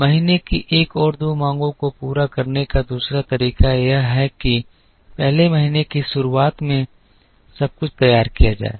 महीने की एक और दो मांगों को पूरा करने का दूसरा तरीका यह है कि पहले महीने की शुरुआत में सब कुछ तैयार किया जाए